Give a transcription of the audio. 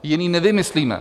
Jiný nevymyslíme.